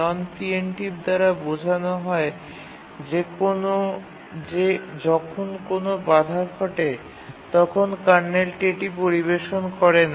নন preemptive দ্বারা বোঝানো হয় যে যখন কোনও বাধা ঘটে তখন কার্নেলটি এটি পরিবেশন করে না